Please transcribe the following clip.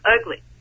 ugly